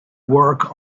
work